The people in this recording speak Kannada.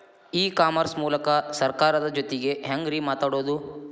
ಇ ಕಾಮರ್ಸ್ ಮೂಲಕ ಸರ್ಕಾರದ ಜೊತಿಗೆ ಹ್ಯಾಂಗ್ ರೇ ಮಾತಾಡೋದು?